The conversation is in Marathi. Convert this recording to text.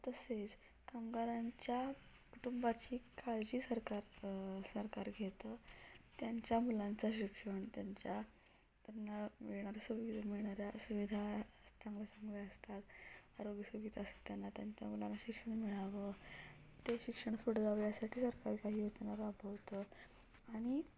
तसेच कामगारांच्या कुटुंबाची काळजी सरकार सरकार घेतं त्यांच्या मुलांचा शिक्षण त्यांच्या त्यांना मिळणारा सुविधा मिळणाऱ्या सुविधा चांगले चांगले असतात आरोग्य सुविधा असतात त्यांना त्यांच्या मुलांना शिक्षण मिळावं ते शिक्षण पुढं जावं यासाठी सरकारी काही योजना राबवतं आणि